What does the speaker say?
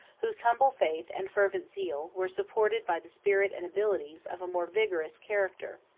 whose humble faith and fervent zeal, were supported by the spirit and abilities of a more vigorous character.